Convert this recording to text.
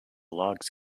logs